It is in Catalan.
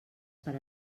per